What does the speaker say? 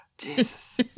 Jesus